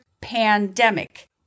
pandemic